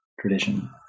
tradition